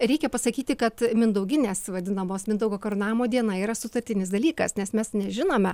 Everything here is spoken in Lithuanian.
reikia pasakyti kad mindauginės vadinamos mindaugo karūnavimo diena yra sutartinis dalykas nes mes nežinome